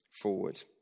forward